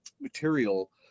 material